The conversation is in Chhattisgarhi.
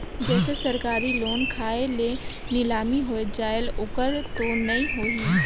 जैसे सरकारी लोन खाय मे नीलामी हो जायेल ओकर तो नइ होही?